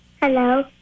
Hello